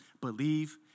believe